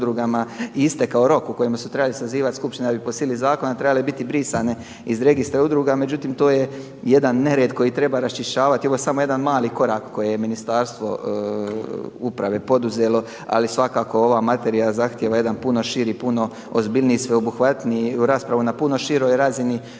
istekao rok u kojemu su trebali sazivati skupštine jer bi po sili zakona trebale biti brisane iz registra udruga, međutim to je jedan nered koji treba raščišćavati, ovo je samo jedan mali korak koji je Ministarstvo uprave poduzelo ali svakako ova materija zahtjeva jedan puno širi, puno ozbiljniji i sve obuhvatniji, u raspravu na puno široj razini uključivši